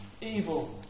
evil